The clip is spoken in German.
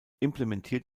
implementiert